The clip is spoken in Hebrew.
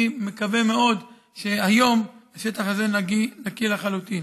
אני מקווה מאוד שהיום השטח הזה נקי לחלוטין.